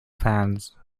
fans